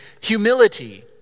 Humility